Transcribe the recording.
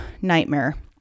nightmare